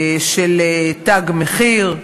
של "תג מחיר",